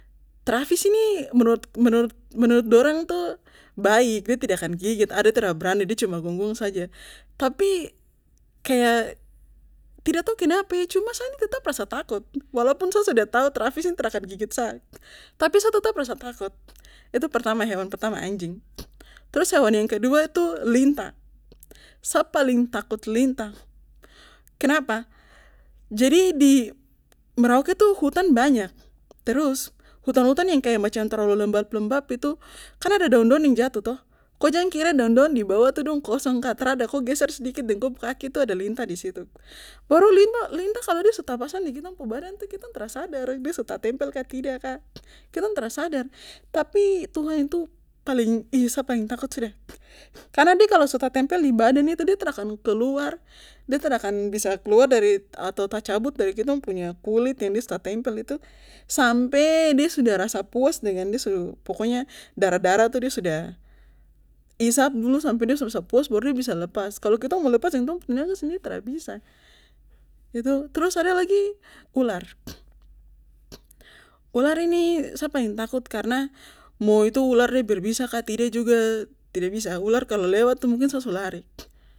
Travis ini menurut menurut dorang tuh baik de tra akan gigit de tra berani de cuma gongong saja tapi kaya tidak tau kenapa cuma sa tetap rasa takut walaupun sa su tau travis ini tra akan gigit sa tapi sa tetap rasa takut itu pertama hewan pertama anjing trus hewan yang kedua tuh lintah sa paling takut lintah kenapa jadi di merauke tuh hutan banyak terus hutan hutan yang kaya macam terlalu lembab lembab begitu kan ada daun daun yang jatuh toh ko jang kira daun daun di bawah tuh dong kosong kah ko geser sedikit deng ko pu kaki tuh ada lintah disitu baru lintah lintah de su ta pasang di tong pu badan tuh tong tra sadar de su tatempel kah tidak kah kitong tra sadar tapi tuhan itu paling sa paling takut sudah karna de kalo su tatempel di badan tuh de tra akan keluar de tra akan akan bisa kelaur dari atau tacabut dari kita punya kulit ini yang de su tatempel itu sampe de su rasa puasa dengan de su pokoknya darah darah itu de su isap dulu de su rasa puas baru de bisa lepas kalo kitong mo lepas dengan kitong pu teanag sendiri tra bisa trus ada lagi ular ular ini sa paling takut karna mo ular itu de berbisa kah tidak juga tidak bisa ular kalo lewat kah mungkinsa su lari